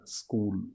school